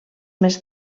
més